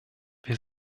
wir